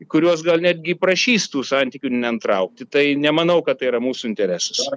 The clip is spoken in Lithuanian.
kuriuos gal netgi prašys tų santykių nenutraukti tai nemanau kad tai yra mūsų interesas